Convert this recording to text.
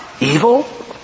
evil